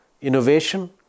innovation